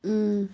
ও